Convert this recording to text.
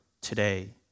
today